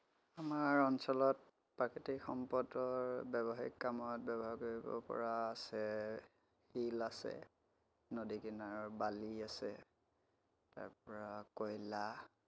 আমাৰ অঞ্চলত প্ৰাকৃতিক সম্পদৰ ব্য়ৱসায়িক কামত ব্য়ৱহাৰ কৰিব পৰা আছে শিল আছে নদী কিনাৰৰ বালি আছে তাৰপৰা কয়লা